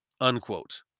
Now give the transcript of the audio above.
unquote